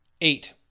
Eight